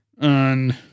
on